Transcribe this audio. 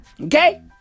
Okay